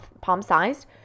palm-sized